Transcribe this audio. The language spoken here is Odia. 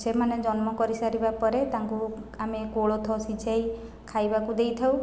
ସେମାନେ ଜନ୍ମ କରିସାରିବା ପରେ ତାଙ୍କୁ ଆମେ କୋଳଥ ସିଝାଇ ଖାଇବାକୁ ଦେଇଥାଉ